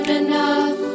enough